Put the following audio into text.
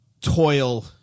toil